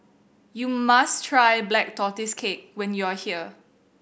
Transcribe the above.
you must try Black Tortoise Cake when you are here